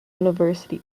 university